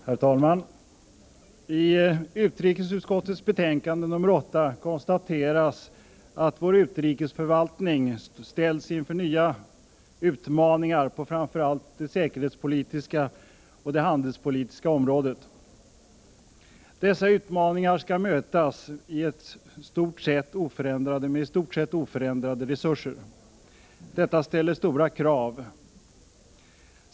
Herr talman! I utrikesutskottets betänkande nr 8 konstateras att vår utrikesförvaltning ställs inför nya utmaningar på framför allt det säkerhetspolitiska och det handelspolitiska området. Dessa utmaningar skall mötas med i stort sett oförändrade resurser. Detta ställer stora krav.